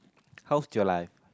how's your life